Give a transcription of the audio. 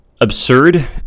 absurd